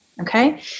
Okay